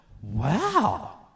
wow